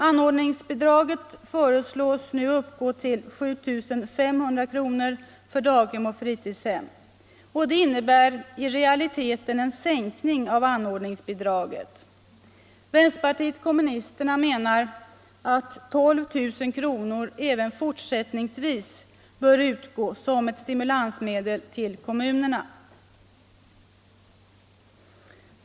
Anordningsbidraget föreslås nu uppgå till 7 500 kr. per plats för daghem och fritidshem. Det innebär i realiteten en sänkning av anordningsbidraget. Vänsterpartiet kommunisterna menar att 12 000 kr. även fortsättningsvis bör utgå som ett stimulansmedel till kommunerna.